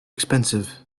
expensive